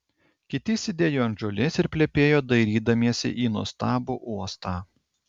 kiti sėdėjo ant žolės ir plepėjo dairydamiesi į nuostabų uostą